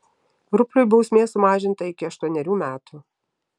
rupliui bausmė sumažinta iki aštuonerių metų